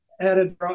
added